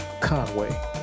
Conway